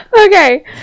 okay